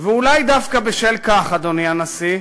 ואולי דווקא בשל כך, אדוני הנשיא,